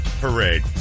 Parade